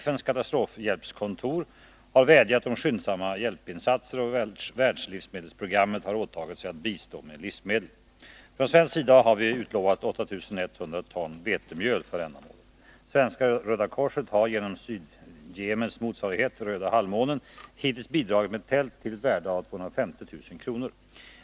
FN:s katastrofhjälpskontor har vädjat om skyndsamma hjälpinsatser, och Världslivsmedelsprogrammet har åtagit sig att bistå med livsmedel. Från svensk sida har vi utlovat 8 100 ton vetemjöl för ändamålet. Svenska röda korset har genom Sydyemens motsvarighet, Röda halvmånen, hittills bidragit med tält till ett värde av 250 000 kr.